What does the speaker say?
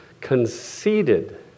conceited